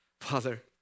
Father